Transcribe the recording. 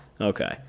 Okay